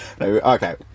okay